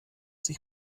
sich